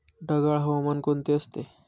ढगाळ हवामान कोणते असते?